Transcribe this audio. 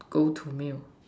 go to meal